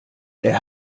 der